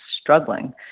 struggling